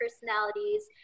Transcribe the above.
personalities